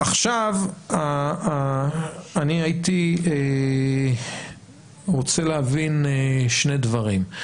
עכשיו אני הייתי רוצה להבין שני דברים,